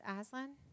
Aslan